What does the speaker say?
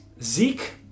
Zeke